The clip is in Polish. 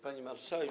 Pani Marszałek!